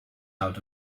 out